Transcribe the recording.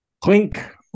clink